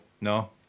No